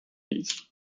niet